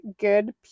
good